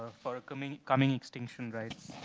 for a coming coming extinction, writes,